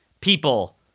people